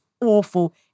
awful